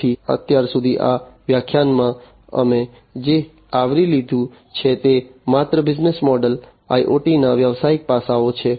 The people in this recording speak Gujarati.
તેથી અત્યાર સુધી આ વ્યાખ્યાનમાં અમે જે આવરી લીધું છે તે માત્ર બિઝનેસ મોડલ IoT ના વ્યવસાયિક પાસાઓ છે